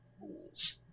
rules